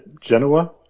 Genoa